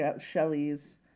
Shelley's